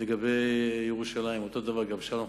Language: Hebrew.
לגבי ירושלים, אותו דבר גם שם.